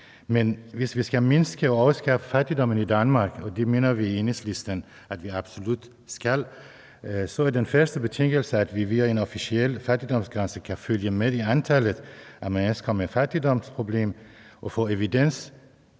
Men hvis vi skal mindske og afskaffe fattigdommen i Danmark – og det mener vi i Enhedslisten at vi absolut skal – så er den første betingelse, at vi via en officiel fattigdomsgrænse kan følge med i antallet af mennesker med fattigdomsproblemer og få evidens